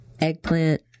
eggplant